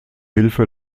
hilfe